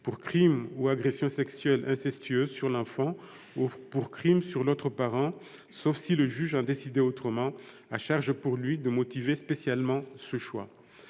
pour crime ou agression sexuelle incestueuse sur l'enfant ou pour crime sur l'autre parent, sauf si le juge en décidait autrement, à charge pour lui de motiver spécialement ce choix.